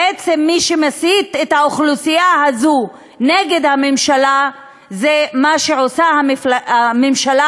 בעצם מי שמסית את האוכלוסייה הזו נגד הממשלה זה מה שעושה הממשלה